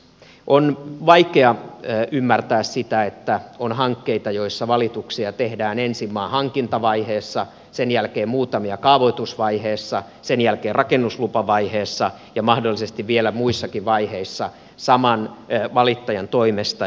on vaikea ymmärtää sitä että on hankkeita joissa valituksia tehdään ensin maan hankintavaiheessa sen jälkeen muutamia kaavoitusvaiheessa sen jälkeen rakennuslupavaiheessa ja mahdollisesti vielä muissakin vaiheissa saman valittajan toimesta